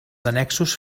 annexos